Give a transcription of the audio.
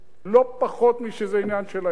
לא פחות משזה עניין שלהם,